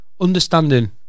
understanding